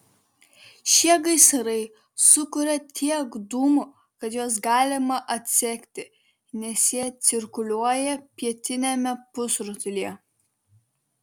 šie gaisrai sukuria tiek dūmų kad juos galima atsekti nes jie cirkuliuoja pietiniame pusrutulyje